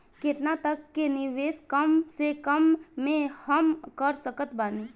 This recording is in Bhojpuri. केतना तक के निवेश कम से कम मे हम कर सकत बानी?